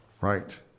Right